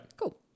Cool